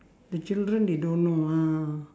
the children they don't know ah